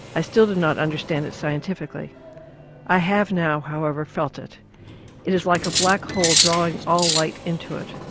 i still do not understand it scientifically i have now however, felt it. it is like a black hole drawing all light into it.